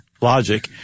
Logic